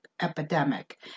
epidemic